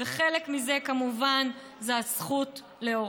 וחלק מזה כמובן זה הזכות להורות.